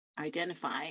identify